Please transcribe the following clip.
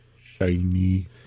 shiny